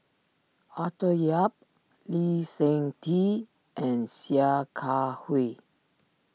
Arthur Yap Lee Seng Tee and Sia Kah Hui